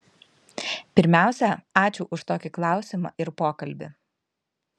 pirmiausia ačiū už tokį klausimą ir pokalbį